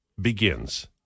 begins